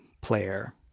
player